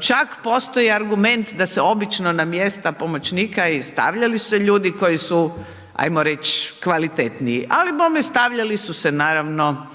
Čak postoji argument, da se obično na mjesta pomoćnika i stavljali su se ljudi, koji su, ajmo reći kvalitetniji, ali bome stavljali su se naravno